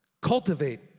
Cultivate